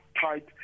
tight